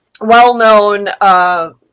well-known